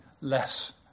less